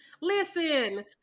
Listen